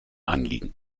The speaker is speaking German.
anliegen